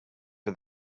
for